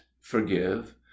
forgive